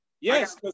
Yes